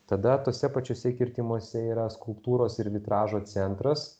tada tuose pačiuose kirtimuose yra skulptūros ir vitražo centras